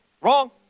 Wrong